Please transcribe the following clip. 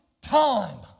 time